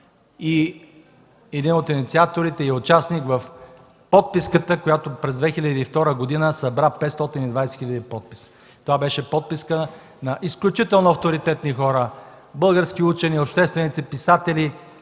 един от инициаторите и участник в подписката, която през 2002 г. събра 520 000 подписа. Това беше подписка на изключително авторитетни хора, български учени, общественици, писатели,